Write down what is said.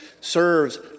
serves